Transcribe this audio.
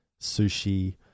sushi